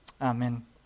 Amen